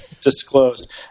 disclosed